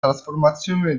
trasformazione